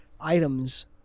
items